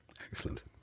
excellent